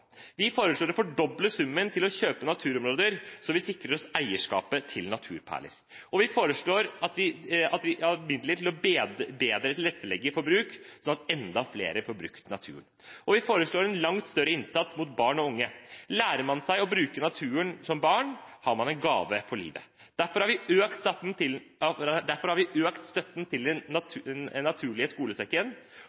vi foreslår å fordoble summen til å kjøpe opp naturområder, så vi sikrer oss eierskapet til naturperler, vi foreslår midler til bedre å tilrettelegge for bruk, slik at enda flere får brukt naturen, og vi foreslår en langt større innsats overfor barn og unge. Lærer man seg å bruke naturen som barn, har man en gave for livet. Derfor har vi økt støtten til Den naturlige skolesekken. Vi